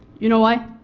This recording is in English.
you know why?